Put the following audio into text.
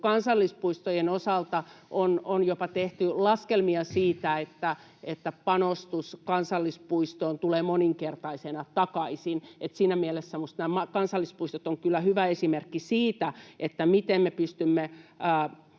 kansallispuistojen osalta on jopa tehty laskelmia siitä, että panostus kansallispuistoon tulee moninkertaisena takaisin. Siinä mielessä minusta nämä kansallispuistot ovat kyllä hyvä esimerkki siitä, miten me pystymme